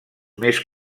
més